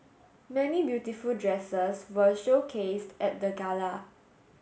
many beautiful dresses were showcased at the gala